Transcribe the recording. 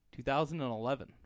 2011